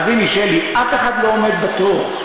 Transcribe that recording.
תביני, שלי, אף אחד לא עומד בתור.